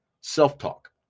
self-talk